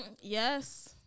Yes